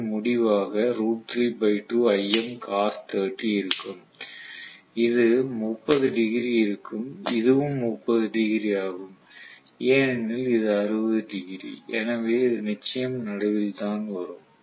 இதன் முடிவாக இருக்கும் இது 30 டிகிரி இருக்கும் இதுவும் 30 டிகிரி ஆகும் ஏனெனில் இது 60 டிகிரி எனவே இது நிச்சயம் நடுவில் தான் வரும்